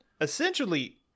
Essentially